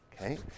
Okay